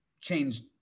changed